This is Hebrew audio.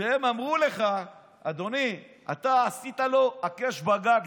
שהם אמרו לך: אדוני, אתה עשית לו הקש בגג.